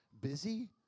busy